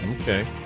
Okay